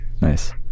Nice